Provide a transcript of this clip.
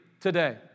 today